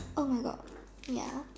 oh my God ya